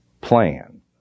plan